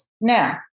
Now